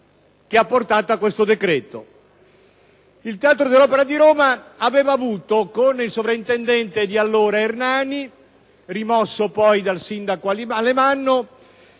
Il Teatro dell'Opera di Roma aveva ricevuto, con il sovrintendente di allora Ernani, rimosso poi dal sindaco Alemanno,